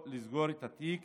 לסגור את התיק